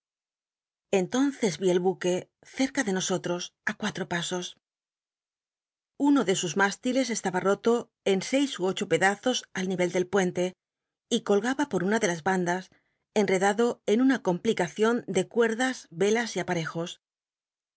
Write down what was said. entonces vi al buque cerca de nosolt'os á cuatro pasos uno de sus mástiles estaba rolo en seis ú ocho pedazos al ni vel del puente y colgaba por una de las í andas emedado en una complicacion de cuerdas velas y aparejos